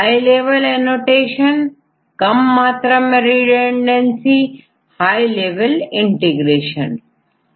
high level annotation कम मात्रा में रिडंडेंसी और हाई लेवल integration